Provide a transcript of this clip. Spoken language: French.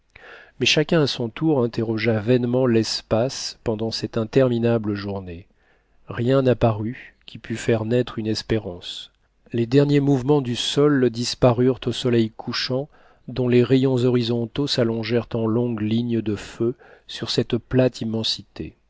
mais chacun à son tour interrogea vainement l'espace pendant cette interminable journée rien n'apparut qui pût faire naître une espérance les derniers mouvements du sol disparurent au soleil couchant dont les rayons horizontaux s'allongèrent en longues lignes de feu sur cette plate immensité